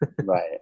Right